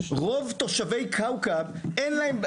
רוב תושבי כאוכב אין להם,